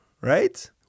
right